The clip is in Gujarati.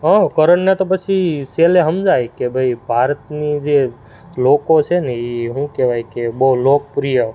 હોવ કરણને તો પછી છેલ્લે સમજાય કે ભાઈ ભારતની જે લોકો છે ને એ શું કહેવાય કે બહુ લોકપ્રિય